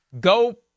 go